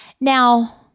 now